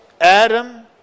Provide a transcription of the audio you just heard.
Adam